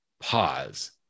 pause